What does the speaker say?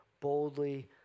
boldly